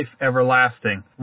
everlasting